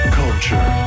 culture